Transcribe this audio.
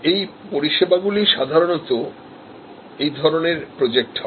এই পরিষেবাগুলিসাধারণত এই ধরনের প্রজেক্ট হয়